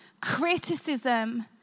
Criticism